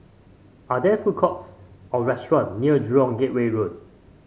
are there food courts or restaurant near Jurong Gateway Road